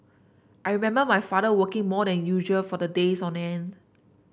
I remember my father working more than usual for the days on end